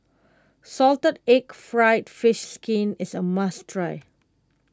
Salted Egg Fried Fish Skin is a must try